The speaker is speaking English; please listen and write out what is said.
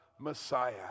Messiah